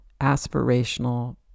aspirational